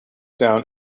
down